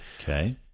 Okay